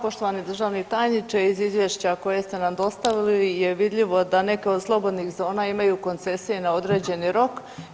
Poštovani državni tajniče iz izvješća koje ste nam dostavili je vidljivo da neke od slobodnih zona imaju koncesije na određeni rok.